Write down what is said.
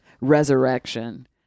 resurrection